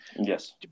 Yes